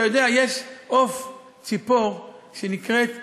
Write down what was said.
אתה יודע, יש עוף, ציפור, שנקראת חסידה.